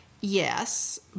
yes